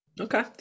Okay